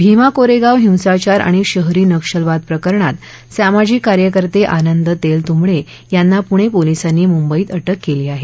भीमा कोरेगाव हिंसाचार आणि शहरी नक्षलवाद प्रकरणात सामाजिक कार्यकर्ते आनंद तेलतुंबडे यांना पूणे पोलिसांनी मुंबईत अटक केली आहे